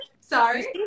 sorry